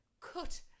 cut